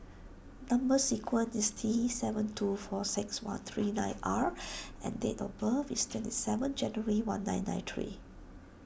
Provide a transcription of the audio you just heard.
Number Sequence is T seven two four six one three nine R and date of birth is twenty seven January one nine nine three